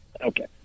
Okay